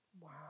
Wow